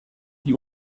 die